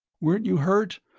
weren't you hurt?